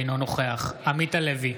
אינו נוכח עמית הלוי,